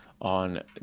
on